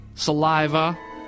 Saliva